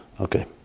Okay